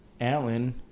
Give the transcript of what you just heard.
Alan